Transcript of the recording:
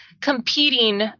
competing